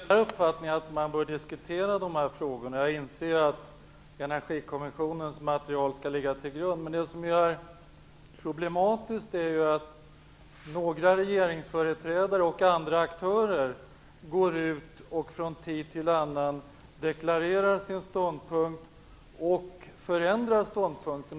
Fru talman! Jag delar uppfattningen att man bör diskutera de här frågorna. Jag inser att energikommissionens material skall ligga till grund. Det som är problematiskt är att några regeringsföreträdare och andra aktörer från tid till annan deklarerar sin ståndpunkt och ändrar ståndpunkt.